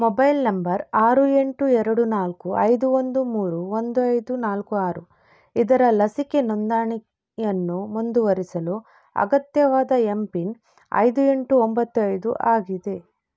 mobile number ಆರು ಎಂಟು ಎರಡು ನಾಲ್ಕು ಐದು ಒಂದು ಮೂರು ಒಂದು ಐದು ನಾಲ್ಕು ಆರು ಇದರ ಲಸಿಕೆ ನೋಂದಣಿಯನ್ನು ಮುಂದುವರಿಸಲು ಅಗತ್ಯವಾದ ಯಮ್ಪಿನ್ ಐದು ಎಂಟು ಒಂಬತ್ತು ಐದು ಆಗಿದೆ